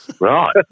Right